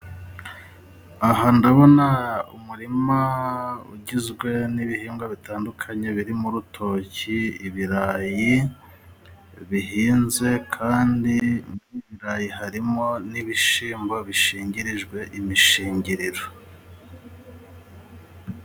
Aha ndabona umurima ugizwe n'ibihingwa bitandukanye birimo urutoki, ibirayi bihinze kandi mu birayi harimo n'ibishyimbo bishingirijwe imishingiriro.